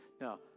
now